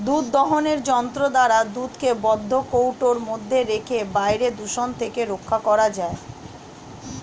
দুধ দোহনের যন্ত্র দ্বারা দুধকে বন্ধ কৌটোর মধ্যে রেখে বাইরের দূষণ থেকে রক্ষা করা যায়